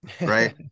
right